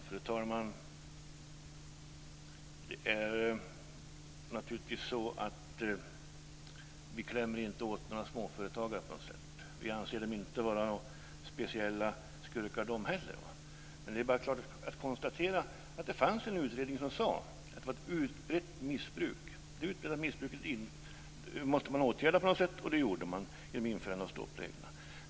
Fru talman! Vi klämmer naturligtvis inte åt några småföretagare. Vi anser inte heller att de är några speciella skurkar. Men vi kan konstatera att en utredning visade att det fanns ett utbrett missbruk. Det utbredda missbruket måste man åtgärda på något sätt, och det gjorde man genom att införa stoppreglerna.